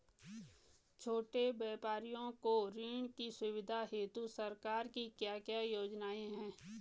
छोटे व्यापारियों को ऋण की सुविधा हेतु सरकार की क्या क्या योजनाएँ हैं?